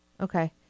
okay